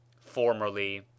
Formerly